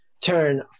turn